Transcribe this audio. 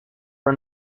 for